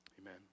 amen